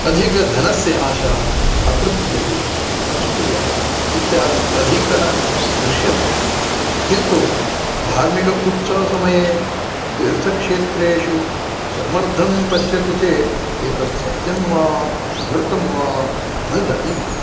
अधिकधनस्य आशा अतृप्तिः असूया इत्यादि अधिकः दृश्यते किन्तु धार्मिक उत्सवसमये तीर्थक्षेत्रेषु सम्मर्दं पश्यति चेत् एतत् सत्यं वा अनृतं वा न जानीमः